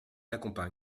l’accompagne